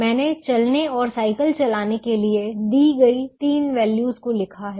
मैंने चलने और साइकिल चलाने के लिए दी गई तीन वैल्यूज़ को लिखा है